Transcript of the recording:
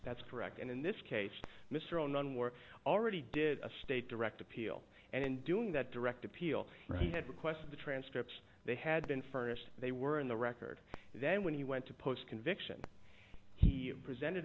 that's correct and in this case mr own none were already did a state direct appeal and in doing that direct appeal he had requested the transcripts they had been furnished they were in the record then when he went to post conviction he presented